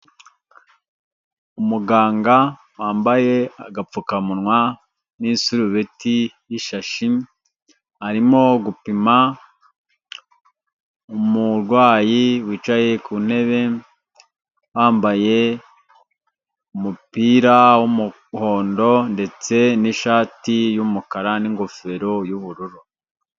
Umuganga wambaye agapfukamunwa n'isurubeti y'ishashi, arimo gupima umurwayi wicaye ku ntebe, wambaye umupira w'umuhondo ndetse n'ishati y'umukara n'ingofero y'ubururu.